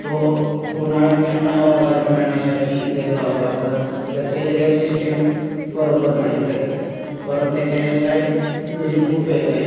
तो उन्हाळ्यात थंड हवा गार मिळण्यासाठी घेतला होता पण त्याचे एअर शिश्टिम बरोबर नाही त्याच परत त्याचे लाईट बील खूप येतं आहे